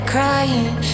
Crying